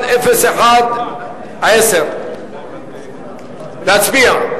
010110, להצביע.